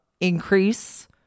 increase